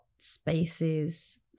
spaces